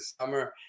summer